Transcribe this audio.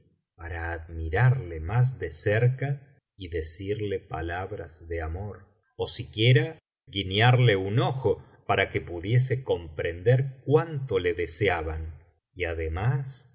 para admirarle más de cerca y decirle palabras de amor ó siquiera guiñarle un ojo para que pudiese comprender cuánto le deseaban y además